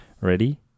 ready